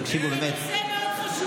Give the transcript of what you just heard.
תקשיבו, באמת, זה נושא מאוד חשוב.